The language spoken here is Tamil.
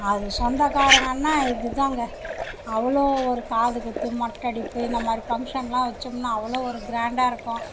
அது சொந்தக்காரங்கன்னால் இதுதாங்க அவ்வளோ ஒரு காதுகுத்து மொட்டை அடிப்பு இந்த மாதிரி ஃபங்க்ஷனெலாம் வைச்சோம்னா அவ்வளோ ஒரு கிராண்டாக இருக்கும்